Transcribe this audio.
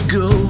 go